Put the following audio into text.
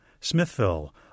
Smithville